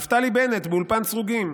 נפתלי בנט באולפן סרוגים: